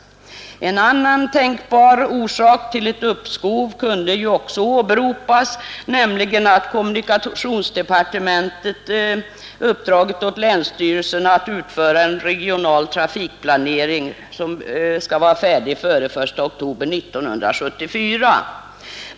En annan tänkbar orsak till ett uppskov kunde också åberopas, nämligen att kommunikationsdepartementet uppdragit åt länsstyrelserna att utföra en regional trafikplanering, som skall vara färdig före den 1 oktober 1974.